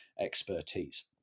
expertise